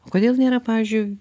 o kodėl nėra pavyzdžiui